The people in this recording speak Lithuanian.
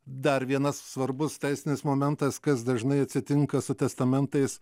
dar vienas svarbus teisinis momentas kas dažnai atsitinka su testamentais